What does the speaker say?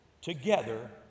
together